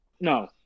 no